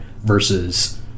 versus